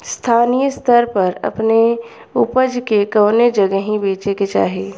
स्थानीय स्तर पर अपने ऊपज के कवने जगही बेचे के चाही?